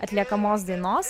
atliekamos dainos